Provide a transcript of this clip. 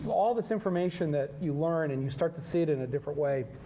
all this information that you learn and you start to see it in a different way,